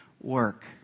work